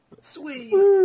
Sweet